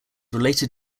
related